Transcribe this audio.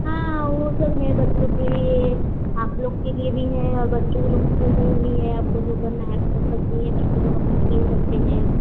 हाँ वह सब है बच्चों के लिए आप लोग के लिए भी है और बच्चों लोग के लिए भी है आपको जो करना है कर सकती हैं बच्चे लोग अपना खेल सकते हैं